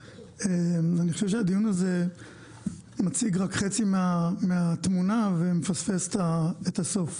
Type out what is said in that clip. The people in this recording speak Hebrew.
אני חושב שהדיון הזה מציג רק חצי מהתמונה ומפספס את הסוף,